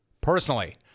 personally